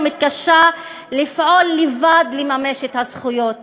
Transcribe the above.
או מתקשה לפעול לבד כדי לממש את הזכויות שלו.